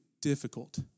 difficult